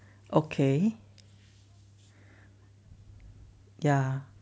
okay ya